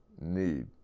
need